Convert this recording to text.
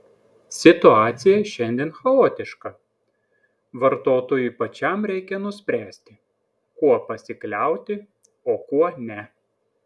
situacija šiandien chaotiška vartotojui pačiam reikia nuspręsti kuo pasikliauti o kuo ne